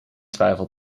twijfel